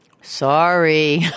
Sorry